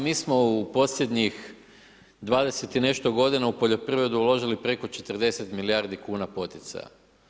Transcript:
Mi smo u posljednjih 20 i nešto g. u poljoprivredu uložili preko 40 milijardi kn poticaja.